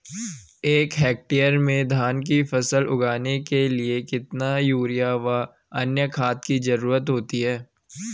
एक हेक्टेयर में धान की फसल उगाने के लिए कितना यूरिया व अन्य खाद की जरूरत होती है?